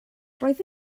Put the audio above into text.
roedd